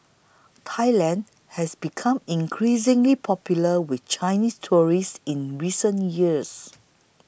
Thailand has become increasingly popular with Chinese tourists in recent years